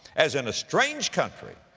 as in a strange country,